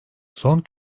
son